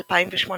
2018